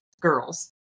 girls